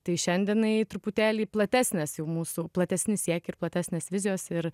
tai šiandienai truputėlį platesnės jau mūsų platesni siekiai ir platesnės vizijos ir